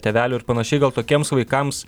be tėvelių ir panašiai gal tokiems vaikams